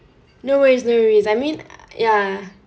no worries no worries I mean ya